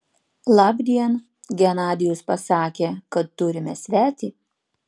labdien genadijus pasakė kad turime svetį